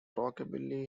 rockabilly